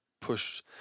push